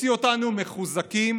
ותוציא אותנו מחוזקים